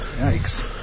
Yikes